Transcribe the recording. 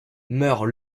meurt